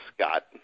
Scott